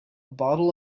bottle